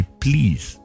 please